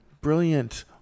brilliant